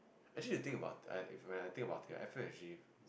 actually you think about eh if when I think about it F_M actually